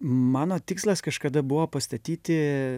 mano tikslas kažkada buvo pastatyti